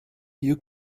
you